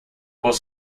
bus